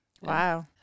wow